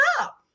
up